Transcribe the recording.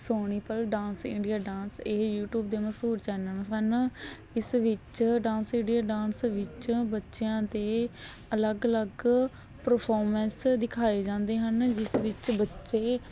ਸੋਨੀ ਉੱਪਰ dance India dance ਇਹ YouTube ਦੇ ਮਸ਼ਹੂਰ ਚੈਨਲ ਸਨ ਇਸ ਵਿੱਚ ਡਾਂਸ ਇੰਡੀਆ ਡਾਂਸ ਵਿੱਚ ਬੱਚਿਆਂ ਦੇ ਅਲੱਗ ਅਲੱਗ ਪਰਫੋਰਮੈਂਸ ਦਿਖਾਏ ਜਾਂਦੇ ਹਨ ਜਿਸ ਵਿੱਚ ਬੱਚੇ